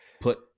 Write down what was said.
put